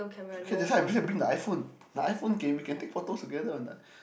okay that's why I bring bring the iPhone my iPhone can we can take photos together on the